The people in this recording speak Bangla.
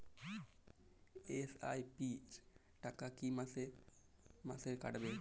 এস.আই.পি র টাকা কী মাসে মাসে কাটবে?